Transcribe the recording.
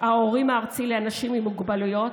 ההורים הארצי לאנשים עם מוגבלויות,